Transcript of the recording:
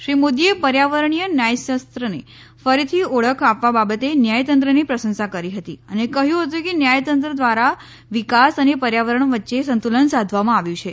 શ્રી મોદીએ પર્યાવરણીય ન્યાયશાસ્ત્રને ફરીથી ઓળખ આપવા બાતે ન્યાયતંત્રની પ્રશંસા કરી હતી અને કહ્યું હતું કે ન્યાયતંત્ર ધ્વારા વિકાસ અને પર્યાવરણ વચ્યે સંતુલન સાધવામાં આવ્યું છે